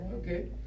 okay